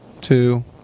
two